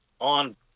on